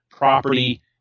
property